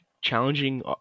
challenging